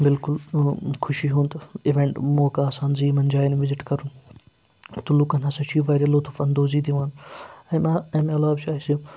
بالکُل خوشی ہُنٛد اِوینٛٹ موقعہٕ آسان زِ یِمَن جایَن وِزِٹ کَرُن تہٕ لُکَن ہَسا چھِ یہِ واریاہ لُطُف اندوزی دِوان اَمہِ اَ اَمہِ علاوٕ چھُ اَسہِ